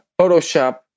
photoshop